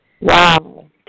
Wow